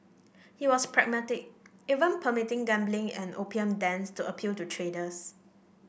he was pragmatic even permitting gambling and opium dens to appeal to traders